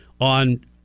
on